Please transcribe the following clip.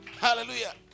Hallelujah